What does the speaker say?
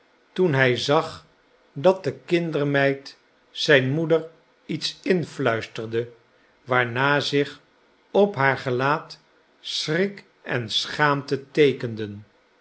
toen hij zag dat de kindermeid zijn moeder iets influisterde waarna zich op haar gelaat schrik en schaamte teekenden